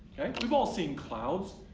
we've all seen clouds.